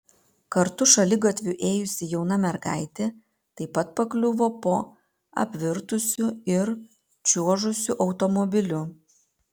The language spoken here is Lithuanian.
kartu šaligatviu ėjusi jauna mergaitė taip pat pakliuvo po apvirtusiu ir čiuožusiu automobiliu